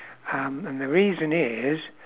um and the reason is